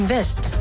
West